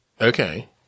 Okay